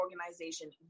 organization